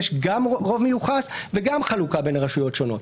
יש גם רוב מיוחס וגם חלוקה בין רשויות שונות,